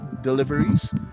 deliveries